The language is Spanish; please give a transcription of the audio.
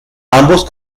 ambos